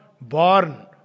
born